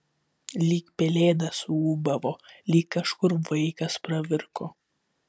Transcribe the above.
lyg pelėda suūbavo lyg kažkur vaikas pravirko